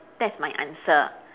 that's my answer